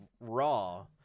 raw